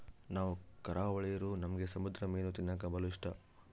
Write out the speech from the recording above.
ನಾವು ಕರಾವಳಿರೂ ನಮ್ಗೆ ಸಮುದ್ರ ಮೀನು ತಿನ್ನಕ ಬಲು ಇಷ್ಟ